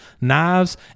knives